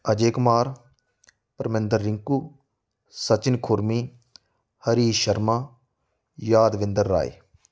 Ajay Kumar Parminder Rinku Sachin Khurmi Harish Sharma Yadvinder Rai